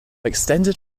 extended